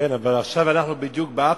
כן, אבל עכשיו אנחנו בדיוק ב-opposite,